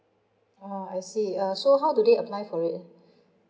oh I see uh so how do they apply for it